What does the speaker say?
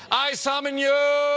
i summon you.